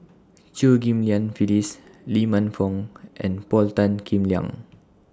Chew Ghim Lian Phyllis Lee Man Fong and Paul Tan Kim Liang